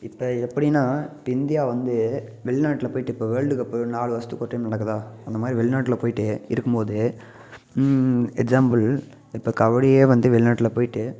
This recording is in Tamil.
இப்போ எப்படினா இப்போ இந்தியா வந்து வெளிநாட்டில் போயிட்டு இப்போ வேர்ல்டு கப் நாலு வருடத்துக்கு ஒரு டைம் நடக்குதா அந்தமாதிரி வெளிநாட்டில் போயிட்டு இருக்கும்போது எக்ஸாம்பிள் இப்போ கபடி வந்து வெளிநாட்டில் போயிட்டு